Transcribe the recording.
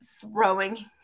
throwing